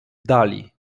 dali